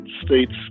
states